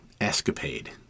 escapade